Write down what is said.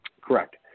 Correct